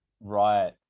Right